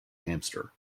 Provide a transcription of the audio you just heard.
hamster